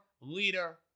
leader